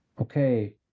okay